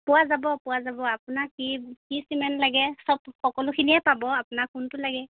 পোৱা যাব পোৱা যাব আপোনাক কি কি চিমেণ্ট লাগে চব সকলোখিনিয়ে পাব আপোনাৰ কোনটো লাগে